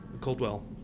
Coldwell